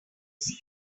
see